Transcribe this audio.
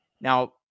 Now